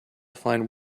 find